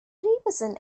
represent